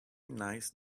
nice